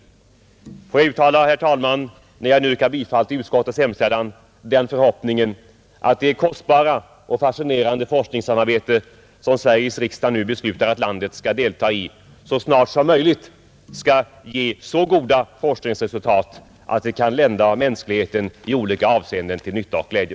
Och jag uttalar, fru talman, när jag nu yrkar bifall till utskottets hemställan den förhoppningen att det kostsamma och fascinerande forskningsarbete, som Sveriges riksdag nu beslutar att landet skall delta i, så snart som möjligt skall ge så goda forskningsresultat att det kan lända mänskligheten i olika avseenden till nytta och glädje.